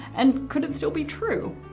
and could it still be true?